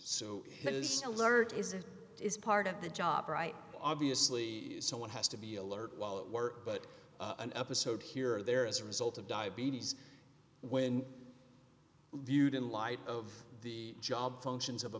his alert is it is part of the job right obviously someone has to be alert while at work but an episode here or there as a result of diabetes when viewed in light of the job functions of a